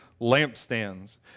lampstands